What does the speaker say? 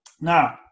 Now